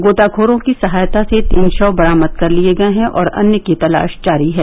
गोताखोरों की सहायता से तीन शव बरामद कर लिये गये हैं और अन्य की तलाश जारी है